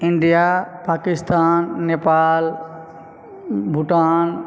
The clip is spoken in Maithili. इण्डिया पाकिस्तान नेपाल भूटान